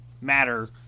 matter